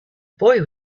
boy